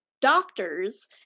doctors